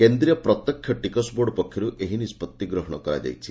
କେନ୍ତ୍ରୀୟ ପ୍ରତ୍ୟେକ୍ଷ ଟିକସ ବୋର୍ଡ ପକ୍ଷରୁ ଏହି ନିଷ୍ବଭି ଗ୍ରହଣ କରାଯାଇଛି